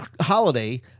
holiday